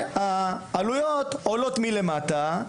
והעלויות עולות מלמטה.